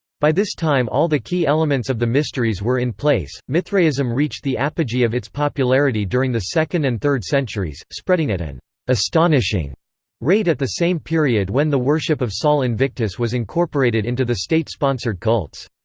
by this time all the key elements of the mysteries were in place mithraism reached the apogee of its popularity during the second and third centuries, spreading at an astonishing rate at the same period when the worship of sol invictus was incorporated into the state-sponsored cults.